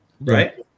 right